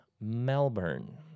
Melbourne